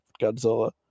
Godzilla